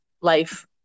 life